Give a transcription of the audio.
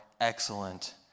excellent